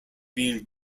being